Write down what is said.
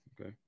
Okay